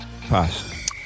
Pass